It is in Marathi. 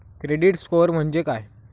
क्रेडिट स्कोअर म्हणजे काय?